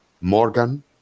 Morgan